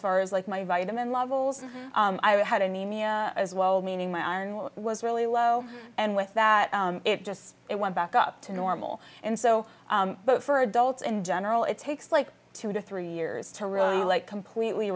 far as like my vitamin levels i had anemia as well meaning my own well was really low and with that it just it went back up to normal and so but for adults in general it takes like two to three years to really like completely